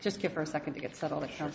just give her a second to get settled